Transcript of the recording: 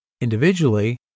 individually